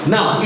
Now